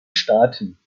staaten